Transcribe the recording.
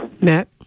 Matt